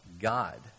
God